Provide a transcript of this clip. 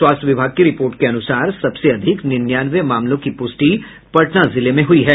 स्वास्थ्य विभाग की रिपोर्ट के अनुसार सबसे अधिक निन्यानवे मामलों की पुष्टि पटना जिले में हुई है